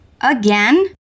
again